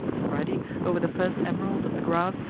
already, over the first emerald of the grass,